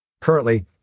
Currently